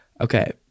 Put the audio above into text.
Okay